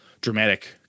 dramatic